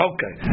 Okay